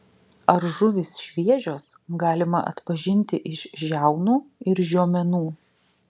ar žuvys šviežios galima atpažinti iš žiaunų ir žiomenų